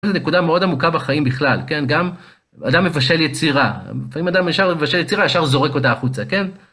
זו נקודה מאוד עמוקה בחיים בכלל, כן? גם אדם מבשל יצירה, ואם אדם אשאר מבשל יצירה, אשאר זורק אותה החוצה, כן?